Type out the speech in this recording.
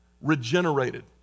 Regenerated